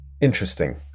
Interesting